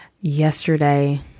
yesterday